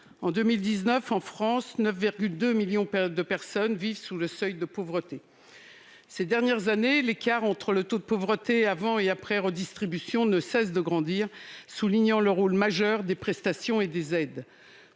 En 2019, en France, 9,2 millions de personnes vivaient sous le seuil de pauvreté. Ces dernières années, l'écart entre le taux de pauvreté avant et après redistribution ne cesse de se creuser, ce qui souligne le rôle majeur des prestations et des aides.